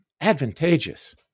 advantageous